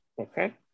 Okay